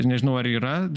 nežinau ar yra